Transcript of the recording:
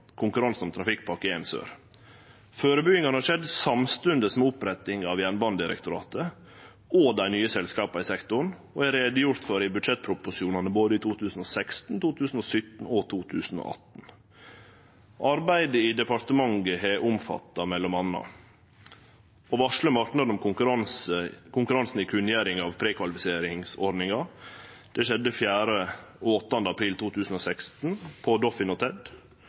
konkurransen om Trafikkpakke 1 Sør. Førebuingane har skjedd samstundes med oppretting av Jernbandedirektoratet og dei nye selskapa i sektoren og er gjort greie for i budsjettproposisjonane for både 2016, 2017 og 2018. Arbeidet i departementet har omfatta m.a.: å varsle marknaden om konkurransen i kunngjering av prekvalifiseringsordninga, det skjedde 4. og 8. april 2016 på